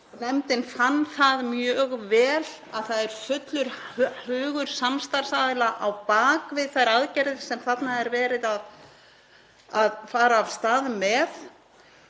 nefndin fann það mjög vel að það er fullur hugur samstarfsaðila á bak við þær aðgerðir sem þarna er verið að fara af stað með.